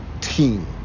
team